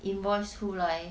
invoice 出来